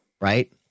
right